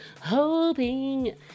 hoping